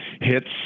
hits